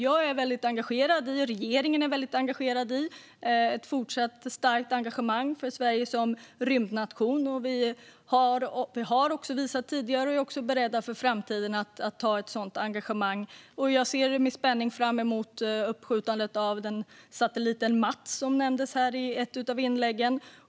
Jag och regeringen är väldigt angelägna om ett fortsatt starkt engagemang för Sverige som rymdnation. Vi har redan tidigare visat detta och är även beredda att i framtiden ha ett sådant engagemang. Jag ser med spänning fram emot uppskjutandet av satelliten Mats, som nämndes i ett av inläggen.